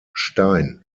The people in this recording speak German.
stein